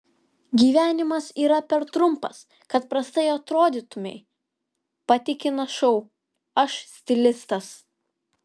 gyvenimas yra per trumpas kad prastai atrodytumei patikina šou aš stilistas